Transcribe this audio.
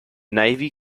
navy